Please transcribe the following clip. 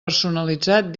personalitzat